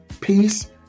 peace